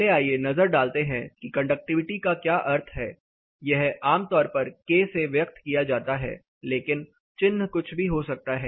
पहले आइए नज़र डालते हैं कि कंडक्टिविटी का क्या अर्थ है यह आमतौर पर k से व्यक्त किया जाता है लेकिन चिन्ह कुछ भी हो सकता है